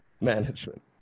management